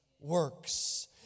works